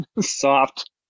soft